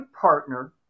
partner